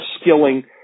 Skilling